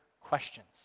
questions